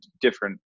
different